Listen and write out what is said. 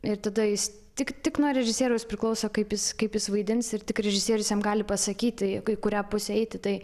ir tada jis tik tik nuo režisieriaus priklauso kaip jis kaip jis vaidins ir tik režisierius jam gali pasakyti kurią pusę eiti tai